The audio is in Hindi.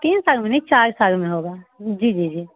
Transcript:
तीन साल में नहीं चार साल में होगा जी जी जी